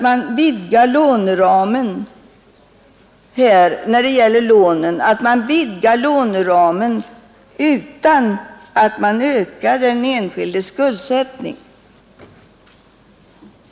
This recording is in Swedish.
Man vidgar låneramen utan att öka den enskildes skuldsättning.